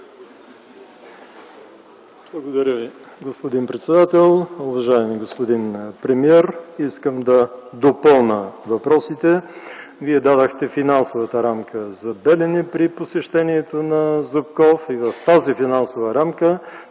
Благодаря Ви, господин председател. Уважаеми господин премиер, искам да допълня въпросите. Вие дадохте финансовата рамка за „Белене” при посещението на Зубков и в тази финансова рамка